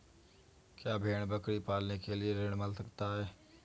क्या भेड़ बकरी पालने के लिए ऋण मिल सकता है?